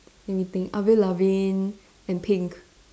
let me think Avril Lavigne and Pink